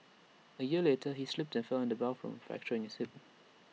A year later he slipped and fell in the bathroom fracturing his hip